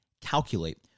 Calculate